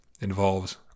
involves